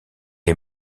est